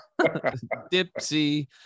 dipsy